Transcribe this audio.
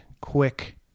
quick